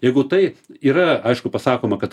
jeigu tai yra aišku pasakoma kad